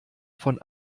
von